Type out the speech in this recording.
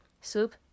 soup